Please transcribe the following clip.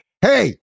hey